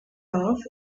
off